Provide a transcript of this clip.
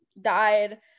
died